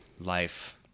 Life